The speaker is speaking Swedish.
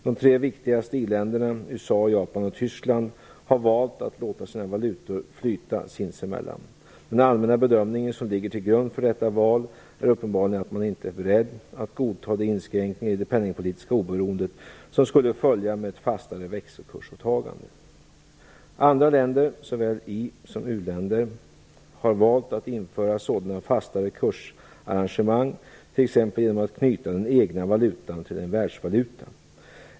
De tre viktigaste i-länderna - USA, Japan och Tykland - har valt att låta sina valutor flyta sinsemellan. Den allmänna bedömning som ligger till grund för detta val är uppenbarligen att man inte är beredd att godta de inskränkningar i de penningpolitiska oberoendet som skulle följa med ett fastare växelkursåtagande. Andra länder - såväl i som u-länder - har valt att införa sådana fastare kursarrangemang, t.ex. genom att knyta den egna valutan till en världsvaluta.